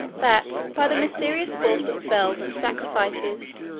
that, by the mysterious force of spells and sacrifices,